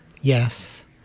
yes